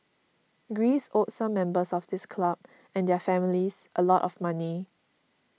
Greece owed some members of this club and their families a lot of money